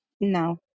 no